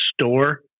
store